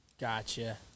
Gotcha